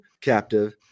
captive